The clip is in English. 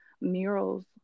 murals